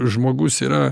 žmogus yra